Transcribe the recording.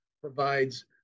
provides